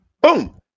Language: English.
Boom